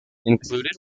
included